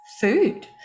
food